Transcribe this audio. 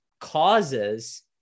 causes